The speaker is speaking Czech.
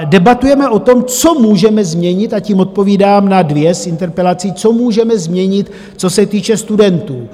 Debatujeme o tom, co můžeme změnit a tím odpovídám na dvě z interpelací co můžeme změnit, co se týče studentů.